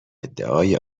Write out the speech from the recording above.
ادعای